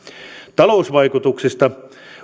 talousvaikutuksista